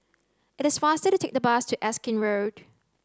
it is faster to take the bus to Erskine Road